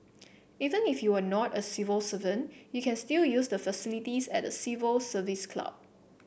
even if you are not a civil servant you can still use the facilities at the Civil Service Club